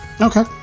Okay